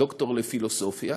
דוקטור לפילוסופיה,